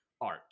art